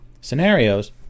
scenarios